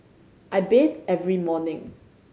I bathe every morning